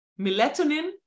melatonin